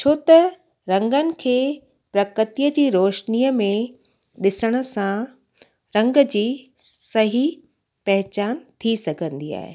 छो त रंगनि खे प्रकृतीअ जी रोशनीअ में ॾिसण सां रंग जी सही पहचान थी सघंदी आहे